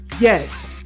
Yes